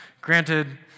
granted